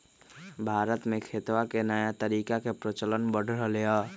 भारत में खेतवा के नया तरीका के प्रचलन बढ़ रहले है